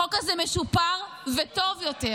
החוק הזה משופר וטוב יותר.